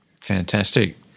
Fantastic